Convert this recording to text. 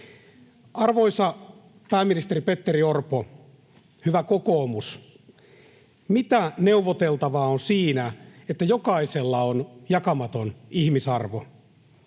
Arvoisa pääministeri Petteri Orpo, hyvä kokoomus, mitä neuvoteltavaa on siinä, että jokaisella on jakamaton ihmisarvo?